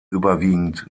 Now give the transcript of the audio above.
überwiegend